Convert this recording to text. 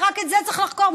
ורק את זה צריך לחקור,